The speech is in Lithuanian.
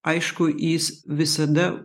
aišku jis visada